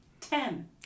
Ten